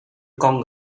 con